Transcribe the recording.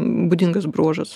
būdingas bruožas